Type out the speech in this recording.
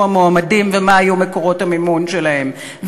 המועמדים ומה היו מקורות המימון שלהם,